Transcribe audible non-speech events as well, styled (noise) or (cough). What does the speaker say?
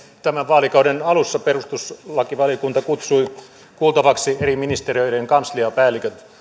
(unintelligible) tämän vaalikauden alussa perustuslakivaliokunta kutsui kuultavaksi eri ministeriöiden kansliapäälliköt